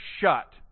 shut